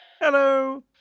Hello